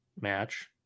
match